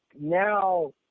now